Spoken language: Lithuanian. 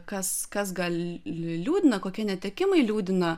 kas kas gal liūdna kokie netekimai liūdina